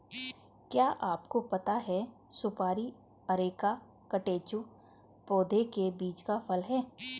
क्या आपको पता है सुपारी अरेका कटेचु पौधे के फल का बीज है?